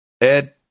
Ed